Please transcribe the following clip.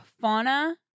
Fauna